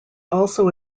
also